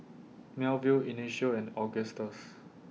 Melville Ignacio and Augustus